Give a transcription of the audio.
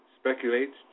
speculates